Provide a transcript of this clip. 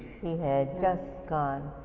he had just gone